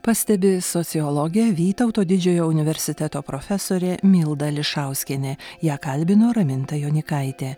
pastebi sociologė vytauto didžiojo universiteto profesorė milda ališauskienė ją kalbino raminta jonykaitė